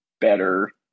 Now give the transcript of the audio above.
better